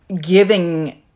giving